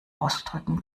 ausdrücken